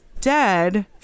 dead